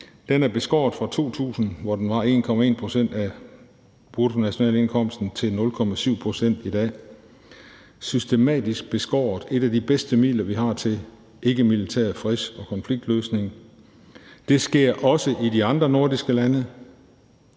Den er beskåret fra 2000, hvor den var 1,1 pct. af bruttonationalindkomsten, til 0,7 pct. – systematisk beskåret – og det er et af de bedste midler, vi har til ikkemilitær freds- og konfliktløsning. Det sker også i de andre nordiske lande.